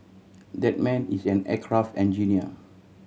that man is an aircraft engineer